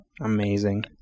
Amazing